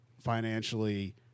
financially